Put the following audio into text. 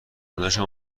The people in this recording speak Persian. داداشم